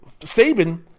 Saban